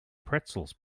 pretzels